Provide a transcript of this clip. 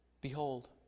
Behold